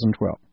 2012